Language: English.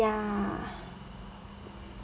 ya